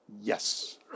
yes